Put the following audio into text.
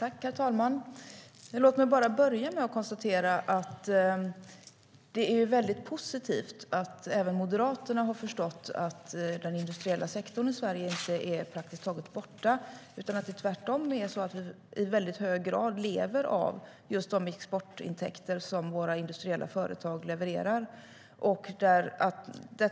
Herr talman! Låt mig börja med att konstatera att det är väldigt positivt att även Moderaterna har förstått att den industriella sektorn i Sverige inte är praktiskt taget borta utan att den tvärtom i hög grad lever av de exportintäkter som de företagen levererar.